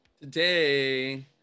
Today